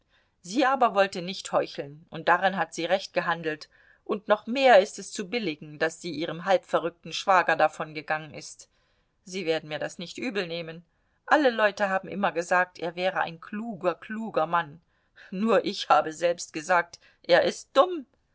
sie aber wollte nicht heucheln und daran hat sie recht gehandelt und noch mehr ist es zu billigen daß sie ihrem halbverrückten schwager davongegangen ist sie werden mir das nicht übelnehmen alle leute haben immer gesagt er wäre ein kluger kluger mann nur ich habe stets gesagt er ist dumm